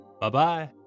Bye-bye